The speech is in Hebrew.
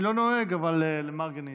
אני לא נוהג, אבל למרגי אני אתן.